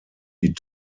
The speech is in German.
die